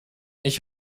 ich